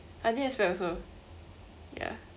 I didn't expect also ya